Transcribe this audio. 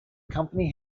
company